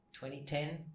2010